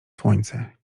słońce